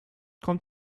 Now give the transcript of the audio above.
kommt